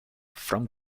from